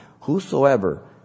Whosoever